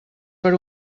per